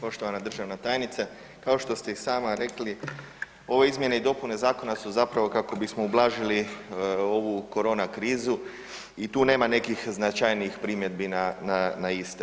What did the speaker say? Poštovana državna tajnice, kao što ste i sama rekli, ove izmjene i dopune zakona su zapravo kako bismo ublažili ovu korona krizu i tu nema nekih značajnijih primjedbi na iste.